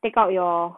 take out your